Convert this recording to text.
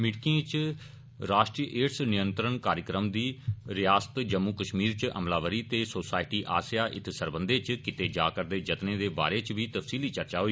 मीटिंगै च राष्ट्रीय एड्ज नियंत्रण कार्यक्रम दी रियासत जम्मू कश्मीर च अमलावरी ते सोसाइटी आसेया इत सरबंधै च कीते जा रदे जतनें दे बारै च बी तफसीली चर्चा होई